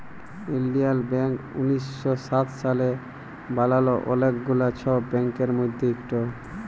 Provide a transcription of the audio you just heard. ইলডিয়াল ব্যাংক উনিশ শ সাত সালে বালাল অলেক গুলা ছব ব্যাংকের মধ্যে ইকট